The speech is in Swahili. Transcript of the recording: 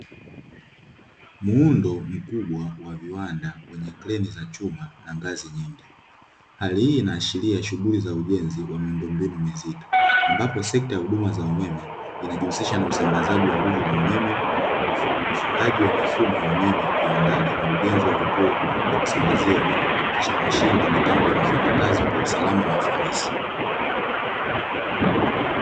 Muundo mkubwa wa viwanda wenye kreni za chuma, na ngazi hii inaashiria shughuli za ujenzi wa miundombinu mizito, ambapo sekta huduma za umeme zinajihusisha na usambazaji wa nguvu za umeme ufungaji wa mifumo ya umeme viwandani na ujenzi wa vituo vya kusambazia umeme, kuhakikisha mashine na mitambo inafanya kazi kwa usalama na ufanisi.